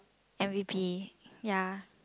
M_V_P ya